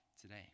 today